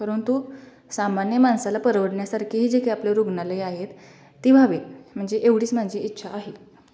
परंतु सामान्य माणसाला परवडण्यासारखे हे जे काय आपले रुग्णालयं आहेत ते व्हावे म्हणजे एवढंच माझी इच्छा आहे